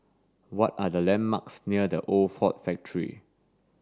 what are the landmarks near The Old Ford Factory